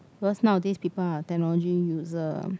because nowadays people are technology user